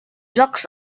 blocks